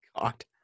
God